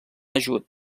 ajut